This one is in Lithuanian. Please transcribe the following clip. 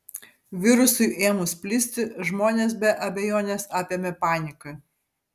virusui ėmus plisti žmonės be abejonės apėmė panika